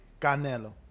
Canelo